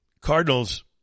Cardinals